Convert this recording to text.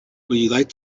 like